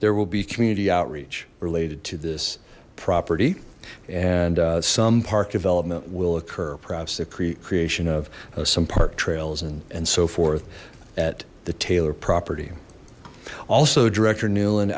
there will be community outreach related to this property and some park development will occur perhaps the creation of some park trails and and so forth at the taylor property also director newlan